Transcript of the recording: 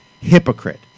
hypocrite